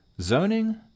zoning